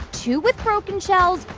two with broken shells,